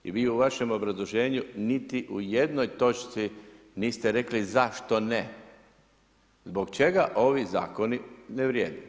I vi u vašem obrazloženju niti u jednoj točci niste rekli zašto ne, zbog čega ovi zakoni ne vrijede.